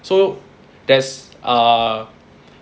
so there's a